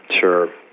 Sure